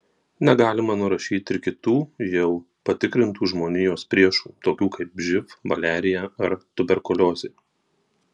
negalima nurašyti ir kitų jau patikrintų žmonijos priešų tokių kaip živ maliarija ar tuberkuliozė